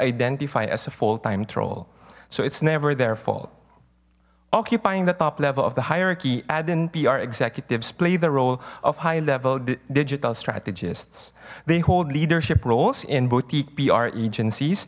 identify as a full time troll so it's never their fault occupying the top level of the hierarchy adhan pr executives play the role of high level digital strategists they hold leadership roles in boutique pr agencies